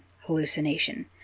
Hallucination